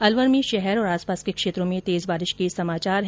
अलवर में शहर और आसपास के क्षेत्रों में तेज बारिश के समाचार है